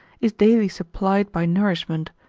is daily supplied by nourishment,